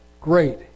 great